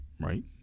right